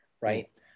Right